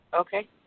Okay